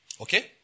Okay